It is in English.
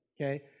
Okay